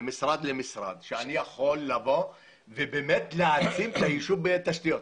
ממשרד למשרד שאני יכול לבוא ולהעצים את היישוב בתשתיות.